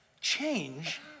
change